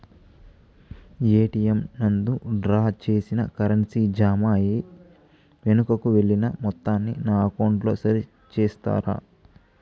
ATM నందు draw చేసిన currency jam అయి వెనుకకు వెళ్లిన మొత్తాన్ని నా అకౌంట్ లో సరి చేస్తారా?